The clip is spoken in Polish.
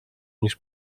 niż